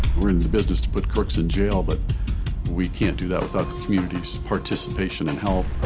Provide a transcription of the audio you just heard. we're in the business to put crooks in jail, but we can't do that without the community's participation and help.